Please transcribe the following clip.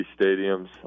stadiums